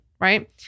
Right